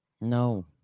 No